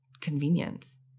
convenience